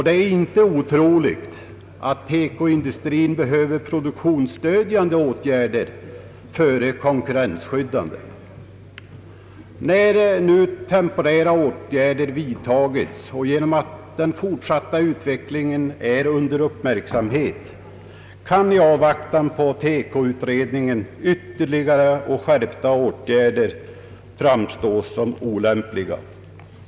Det är inte otroligt att TEKO-industrin behöver produktionsstödjande åtgärder före konkurrensskyddande. När temporära åtgärder nu vidtagits och den fortsatta utvecklingen blir uppmärksammad kan — i avvaktan på TEKO-utredningen — ytterligare och skärpta åtgärder framstå som olämpliga.